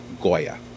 Goya